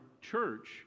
church